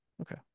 Okay